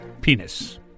penis